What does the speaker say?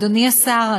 אדוני השר,